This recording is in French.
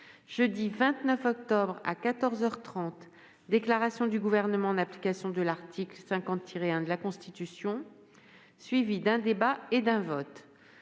heures trente : déclaration du Gouvernement, en application de l'article 50-1 de la Constitution, suivi d'un débat et d'un vote